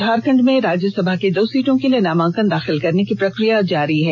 झारखंड में राज्यसभा की दो सीटों के लिए नामांकन दाखिल करने की प्रक्रिया जारी है